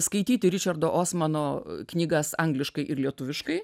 skaityti ričardo osmano knygas angliškai ir lietuviškai